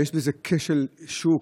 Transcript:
ויש בזה כשל שוק,